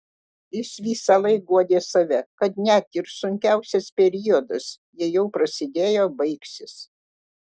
jis visąlaik guodė save kad net ir sunkiausias periodas jei jau prasidėjo baigsis